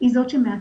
היא זאת שמאתרת.